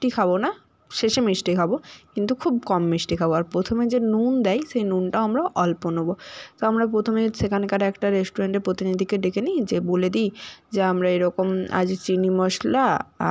মিষ্টি খাবো না শেষে মিষ্টি খাবো কিন্তু খুব কম মিষ্টি খাবো আর প্রথমে যে নুন দেয় সেই নুনটাও আমরা অল্প নেবো তো আমরা প্রথমে সেখানকার একটা রেস্টুরেন্টের প্রতিনিধিকে ডেকে নিই যে বলে দিই যে আমরা এরকম আজ চিনি মশলা